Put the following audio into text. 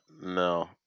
No